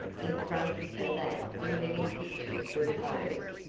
in front of that the living pictures were posed.